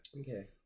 Okay